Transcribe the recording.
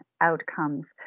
outcomes